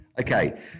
Okay